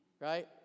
right